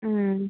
ம்